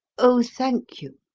oh, thank you,